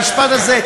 המשפט הזה,